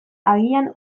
agian